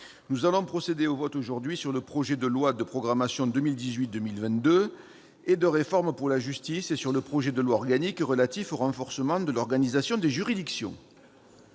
aujourd'hui procéder au vote, d'une part, du projet de loi de programmation 2018-2022 et de réforme pour la justice, de l'autre, du projet de loi organique relatif au renforcement de l'organisation des juridictions.